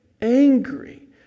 angry